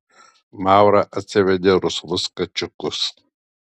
maura atsivedė rusvus kačiukus